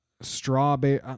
strawberry